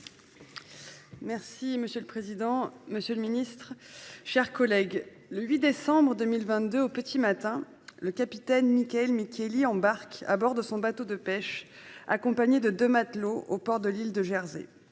Vogel. Monsieur le président, monsieur le secrétaire d'État, mes chers collègues, le 8 décembre 2022 au petit matin, le capitaine Michael Michieli embarque à bord de son bateau de pêche, accompagné de deux matelots, au port de l'île de Jersey.